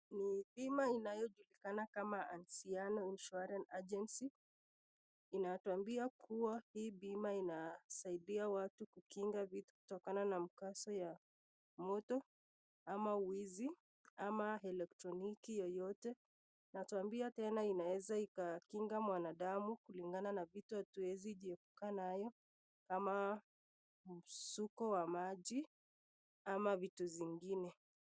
Dhima inayojulikana kama DOMESTIC HOME INSURANCE ambapo hii dhima inazuia watu kutokana na mkasa wa moto ama wizi ama elektroniki yoyote. Inatuambia tenakuwa inaweza ikakinga mwanadamu na vitu hatuwezi jiepuika nayo kama msuko wa maji, ama vitu zingine.